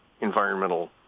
environmental